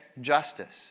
justice